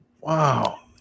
Wow